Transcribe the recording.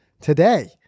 today